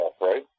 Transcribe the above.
right